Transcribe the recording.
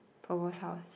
Po-Po's house